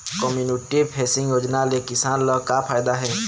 Community facing योजना ले किसान ल का फायदा हे?